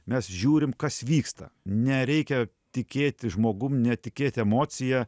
mes žiūrim kas vyksta nereikia tikėti žmogum netikėti emocija